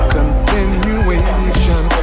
Continuation